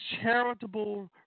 charitable